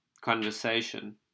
conversation